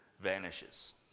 vanishes